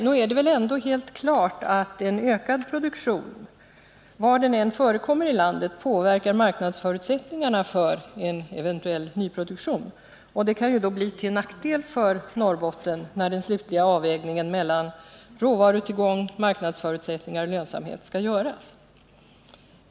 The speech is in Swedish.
Nog är det väl ändå helt klart att en ökad produktion, var den än förekommer i landet, påverkar marknadsförutsättningarna för en eventuell nyproduktion. Och det kan ju då bli till nackdel för Norrbotten, när den slutliga avvägningen mellan råvarutillgång, marknadsförutsättningar och lönsamhet skall göras.